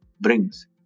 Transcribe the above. brings